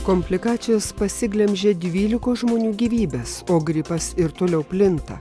komplikacijos pasiglemžė dvylikos žmonių gyvybes o gripas ir toliau plinta